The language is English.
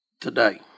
today